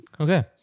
Okay